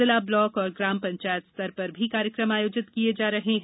जिला ब्लॉक और ग्राम ांचायत स्तर ांर भी कार्यक्रम आयोजित किये जा रहे हैं